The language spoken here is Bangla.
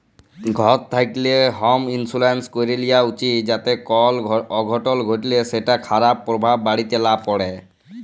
ঘর থ্যাকলে হম ইলসুরেলস ক্যরে লিয়া উচিত যাতে কল অঘটল ঘটলে সেটর খারাপ পরভাব বাড়িতে লা প্যড়ে